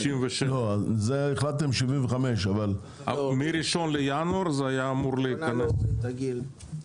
החלטתם 75. מ-1 בינואר היו אמורים להוריד את הגיל,